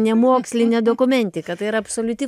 ne mokslinė dokumentika tai yra absoliuti